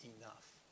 enough